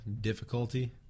Difficulty